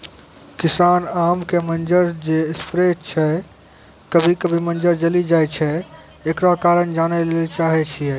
किसान आम के मंजर जे स्प्रे छैय कभी कभी मंजर जली जाय छैय, एकरो कारण जाने ली चाहेय छैय?